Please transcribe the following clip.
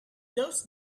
those